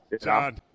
John